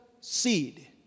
seed